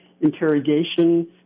interrogation